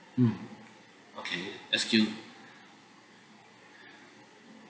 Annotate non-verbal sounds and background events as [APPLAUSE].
mm okay S_Q [BREATH] [BREATH]